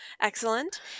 Excellent